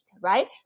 right